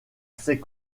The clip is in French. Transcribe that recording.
ses